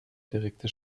direkte